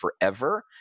forever